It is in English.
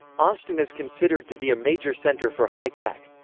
austin is considered to be a major center for high tech.